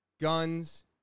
guns